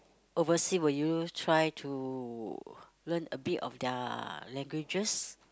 overseas will you try to learn a bit of their languages